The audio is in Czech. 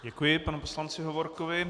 Děkuji panu poslanci Hovorkovi.